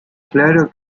claro